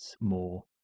more